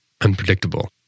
unpredictable